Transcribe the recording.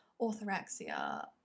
orthorexia